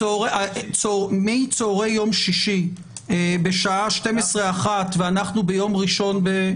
מצהרי יום שישי בשעה 13:00 ואנחנו ביום ראשון.